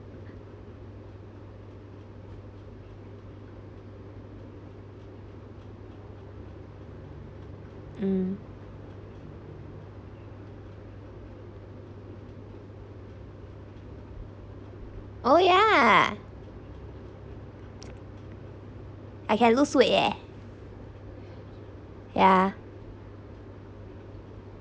mm oh yeah I can lose weight eh yeah